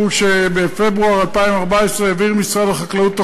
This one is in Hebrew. בפברואר 2014 העביר משרד החקלאות את